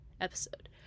episode